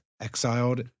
exiled